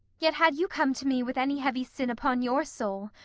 yet had you come to me with any heavy sin upon your soul,